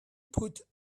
put